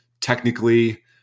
technically